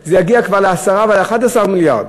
זה יגיע כבר ל-10 ול-11 מיליארד.